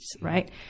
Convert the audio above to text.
right